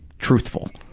truthful.